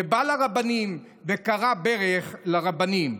ובא לרבנים וכרע ברך אצל הרבנים.